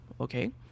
okay